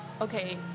okay